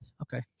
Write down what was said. Okay